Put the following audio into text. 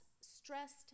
stressed